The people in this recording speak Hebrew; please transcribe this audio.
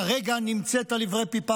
כרגע נמצאת על עברי פי פחת: